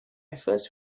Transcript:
first